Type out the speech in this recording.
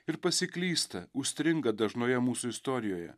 ir pasiklysta užstringa dažnoje mūsų istorijoje